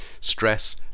stress